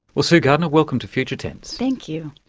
ah sue gardner, welcome to future tense. thank you.